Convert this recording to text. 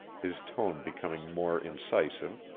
his tone becoming more incisive.